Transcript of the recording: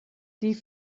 die